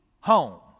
home